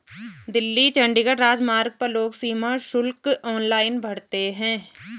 दिल्ली चंडीगढ़ राजमार्ग पर लोग सीमा शुल्क ऑनलाइन भरते हैं